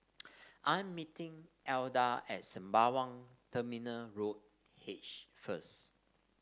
I am meeting Edla at Sembawang Terminal Road H first